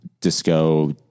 disco